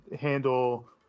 handle